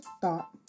thought